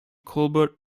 colbert